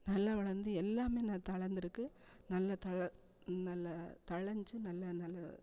நல்லா வளந்து எல்லாமே என்ன தளர்ந்துருக்கு நல்லா தள நல்ல தளஞ்சு நல்லா நல்ல